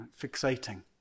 fixating